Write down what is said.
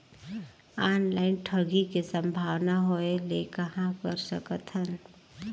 Online ठगी के संभावना होय ले कहां कर सकथन?